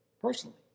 personally